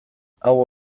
hau